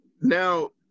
now –